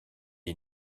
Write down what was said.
est